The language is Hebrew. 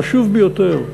חשוב ביותר,